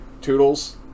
Toodles